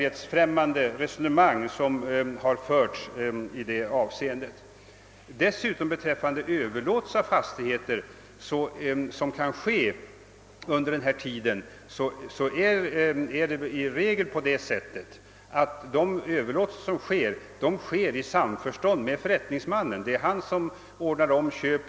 Ett sådant resonemang är mycket verklighetsfrämmande. Beträffande överlåtelse av fastighet som sker under tiden är det i regel så, att överlåtelsen sker i samförstånd med förrättningsmannen. Det är ofta han som har hand om köpet.